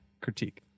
critique